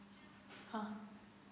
um